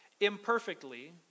imperfectly